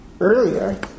Earlier